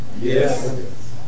Yes